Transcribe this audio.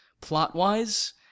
plot-wise